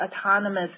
autonomous